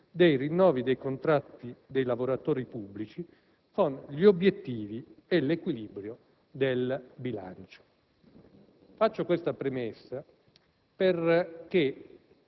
dei rinnovi dei contratti dei lavoratori pubblici con gli obiettivi e l'equilibrio del bilancio. Faccio questa premessa perché